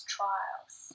trials